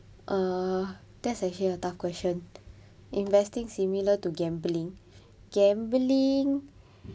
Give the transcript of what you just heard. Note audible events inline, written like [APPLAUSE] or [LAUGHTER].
uh that's a real tough question [BREATH] investing similar to gambling gambling